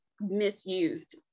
misused